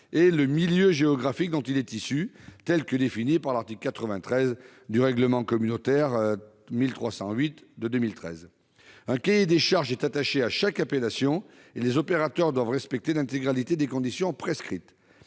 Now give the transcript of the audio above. et le milieu géographique dont il est issu, tel que défini par l'article 93 du règlement communautaire n° 1308 de 2013. Un cahier des charges est attaché à chaque appellation et les opérateurs doivent respecter l'intégralité des conditions prescrites.